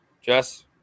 Jess